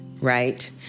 right